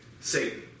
Satan